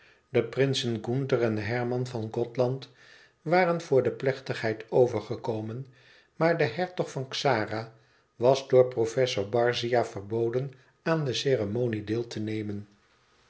de prinsen gunther en herman van gothland waren voor de plechtigheid overgekomen maar den hertog van xara was door professor barzia verboden aan de ceremonie deel te nemen